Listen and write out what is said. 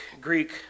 Greek